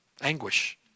anguish